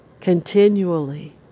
continually